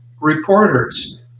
reporters